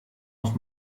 auf